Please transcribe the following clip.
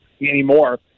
anymore